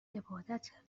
عبادته